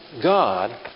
God